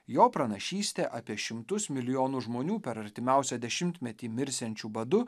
jo pranašystė apie šimtus milijonų žmonių per artimiausią dešimtmetį mirsiančių badu